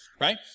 Right